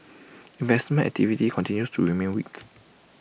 investment activity continues to remain weak